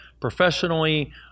professionally